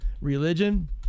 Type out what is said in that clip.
religion